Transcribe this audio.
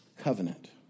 covenant